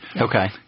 Okay